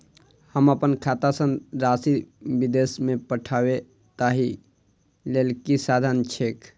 हम अप्पन खाता सँ राशि विदेश मे पठवै ताहि लेल की साधन छैक?